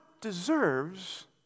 deserves